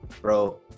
bro